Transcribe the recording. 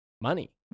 money